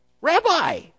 Rabbi